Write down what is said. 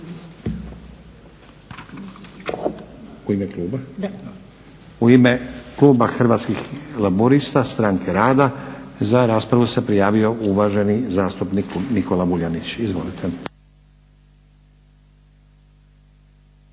U ime kluba Hrvatskih laburista - Stranke rada za raspravu se prijavio uvaženi zastupnik Nikola Vuljanić. Izvolite.